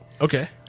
Okay